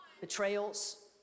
Betrayals